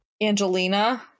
Angelina